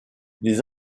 les